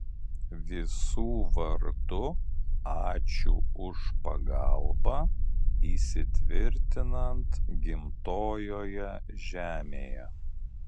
visų vardu ačiū už pagalbą įsitvirtinant gimtojoje žemėje